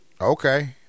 Okay